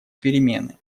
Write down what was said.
перемены